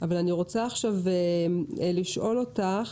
עכשיו החוק לא באמת נותן לך